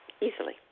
easily